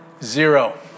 zero